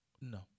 No